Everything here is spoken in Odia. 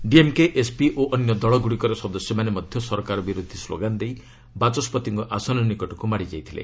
ଡିଏମ୍କେ ଏସ୍ପି ଓ ଅନ୍ୟ ଦଳଗୁଡ଼ିକର ସଦସ୍ୟମାନେ ମଧ୍ୟ ସରକାର ବିରୋଧୀ ସ୍କୋଗାନ୍ ଦେଇ ବାଚସ୍ପିଙ୍କ ଆସନ ନିକଟକୁ ମାଡ଼ି ଯାଇଥିଲେ